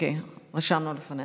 רשמנו לפנינו.